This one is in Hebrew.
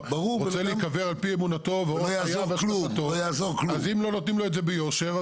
רוצה להיקבר על פי אמונתו אז אם לא נותנים לו את זה ביושר,